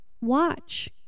Watch